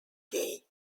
gay